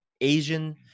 Asian